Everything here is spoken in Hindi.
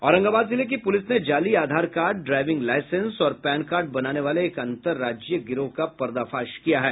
औरंगाबाद जिले की पुलिस ने जाली आधार कार्ड ड्राइविंग लाइसेंस और पैनकार्ड बनाने वाले एक अंतरराज्यीय गिरोह का पर्दाफाश किया है